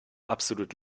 absolut